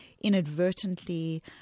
inadvertently